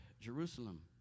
Jerusalem